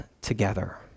together